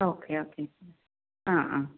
okay okay ആ ആ